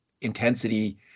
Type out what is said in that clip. intensity